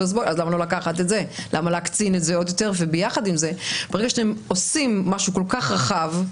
ביחד עם זה, ברגע שאתם עושים משהו כל כך רחב,